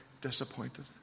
disappointed